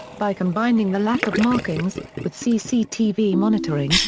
by combining the lack of markings, with cctv monitoring,